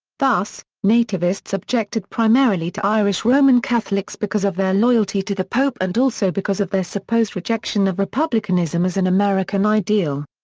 thus, nativists objected primarily to irish roman catholics because of their loyalty to the pope and also because of their supposed rejection of republicanism as an american ideal.